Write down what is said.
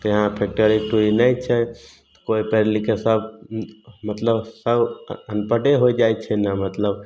तेँ फैक्ट्री उक्टरी नहि छै कोइ पढ़ि लिखिके सब मतलब सब अनपढ़े होइ जाइ छै ने मतलब